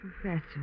Professor